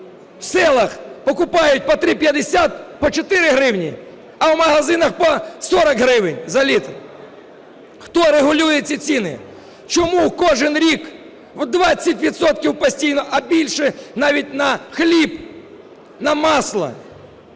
в селах купляють по 3.50, по 4 гривні, а в магазинах по 40 гривень за літр? Хто регулює ці ціни? Чому кожен рік 20 відсотків постійно, а більше навіть, на хліб, на масло